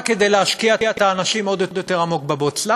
רק כדי להשקיע את האנשים עוד יותר עמוק בבוץ.